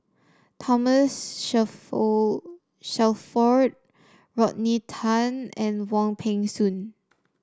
Thomas Shelford Rodney Tan and Wong Peng Soon